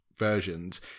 versions